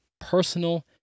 personal